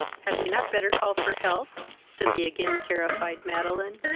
had we not better call for help? said the again-terrified madeline.